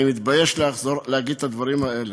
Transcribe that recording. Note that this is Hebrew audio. ואני מתבייש להגיד את הדברים האלה,